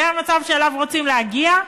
זה המצב שאליו רוצים להגיע?